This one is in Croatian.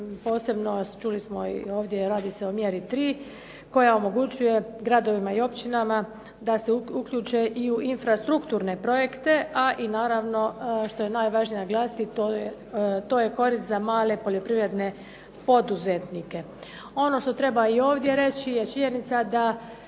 posebno čuli smo radi se ovdje o mjeri tri, koja omogućuje gradovima i općinama da se uključe i u infrastrukturne projekte, a i naravno što je najvažnije naglasiti to je korist za male poljoprivredne poduzetnike. Ono što treba i ovdje reći je činjenica da